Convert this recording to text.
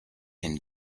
and